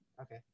Okay